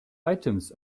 items